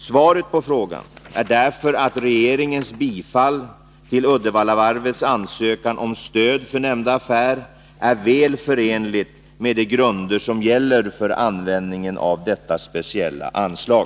Svaret på frågan är därför att regeringens bifall till Uddevallavarvets ansökan om stöd för nämnda affär är väl förenligt med de grunder som gäller för användningen av detta speciella anslag.